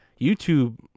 youtube